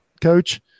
coach